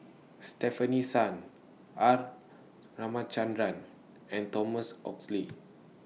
Stefanie Sun R Ramachandran and Thomas Oxley